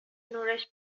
نورش